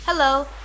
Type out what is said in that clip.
Hello